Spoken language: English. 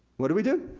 what did we do?